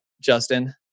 Justin